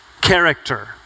character